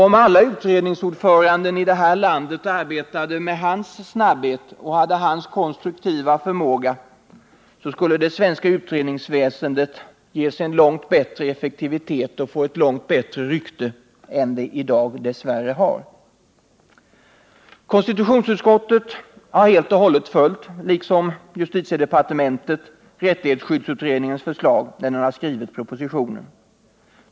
Om alla utredningsordförande i detta land arbetade med hans snabbhet och hade hans konstruktiva förmåga skulle det svenska utredningsväsendet ges en bättre effektivitet och få ett långt bättre rykte än det i dag dess värre har. Konstitutionsutskottet har helt och hållet följt rättighetsskyddsutredningens förslag, liksom man i justitiedepartementet gjort det när man skrivit propositionen.